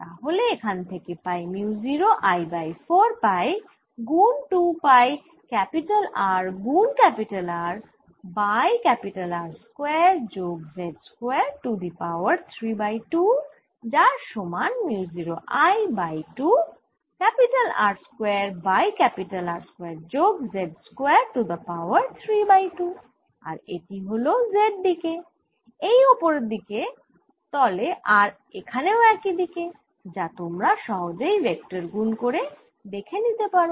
তাহলে এখানে থেকে pi mu 0 I by 4 pi গুন 2 পাই R গুন R বাই R স্কয়ার যোগ z square to the power 3 by 2 যার সমান mu 0 I by 2 R square by R square যোগ z square to the power 3 by 2 আর এটি হল z দিকে এই ওপরের দিকের তলে আর এখানেও একই দিকে যা তোমরা সহজেই ভেক্টর গুন করে দেখে নিতে পারো